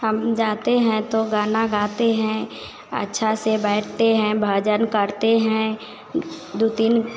हम जाते हैं तो गाना गाते हैं अच्छा से बैठते हैं भजन करते हैं दो तीन